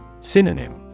Synonym